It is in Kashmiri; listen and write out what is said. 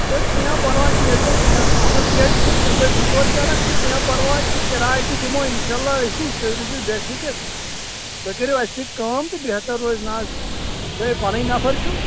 اَد حظ کیٚنٛہہ پرواے چھُنہٕ ییٚلہِ تُہۍ شےٚ سَتھ ہَتھ پیٹہِ چھَوٕتُمہٕ گٔے زٕ ژور چرکھ تہٕ کیٚنٛہہ پرواے چھُنہٕ کِرٛاے تہِ دِمو اِنشا اللہ أسی تُہۍ روٗزِو بےٚ فِکر تُہۍ کٔرِو اَسہِ سۭتۍ کأم تہٕ بہتر روزِ نہَ حظ تُہۍ ہے پنٕنۍ نفر چھُو